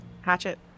hatchet